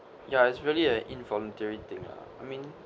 ya it's really a involuntary thing lah I mean